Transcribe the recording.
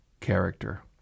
character